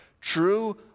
True